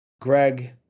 Greg